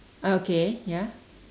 okay ya